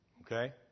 Okay